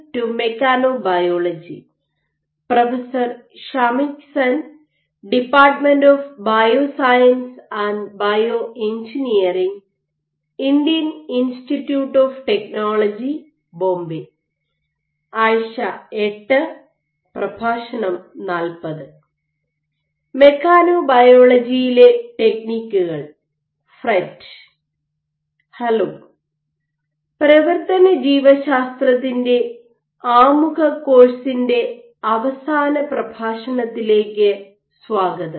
hello പ്രവർത്തന ജീവശാസ്ത്രത്തിൻ്റെ മെക്കാനോബയോളജിയുടെ ആമുഖ കോഴ്സിന്റെ അവസാന പ്രഭാഷണത്തിലേക്ക് സ്വാഗതം